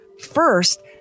First